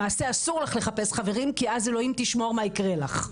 למעשה אסור לך לחפש חברים כי אז ה' תשמור מה יקרה לך.